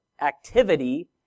activity